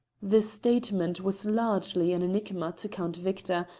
the statement was largely an enigma to count victor,